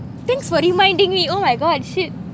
thanks for reminding me oh my god shit